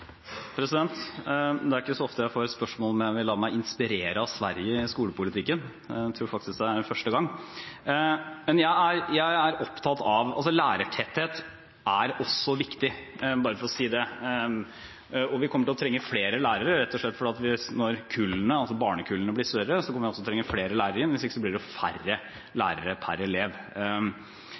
Det er ikke så ofte jeg får spørsmål om jeg vil la meg inspirere av Sverige i skolepolitikken; jeg tror faktisk det er første gang. Lærertetthet er også viktig, bare for å si det, og vi kommer til å trenge flere lærere, rett og slett fordi barnekullene blir større. Da kommer vi til å trenge flere lærere, hvis ikke blir det færre lærere per elev.